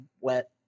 wet